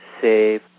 save